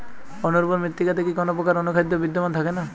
অনুর্বর মৃত্তিকাতে কি কোনো প্রকার অনুখাদ্য বিদ্যমান থাকে না?